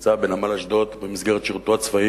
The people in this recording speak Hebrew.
נמצא בנמל אשדוד במסגרת שירותו הצבאי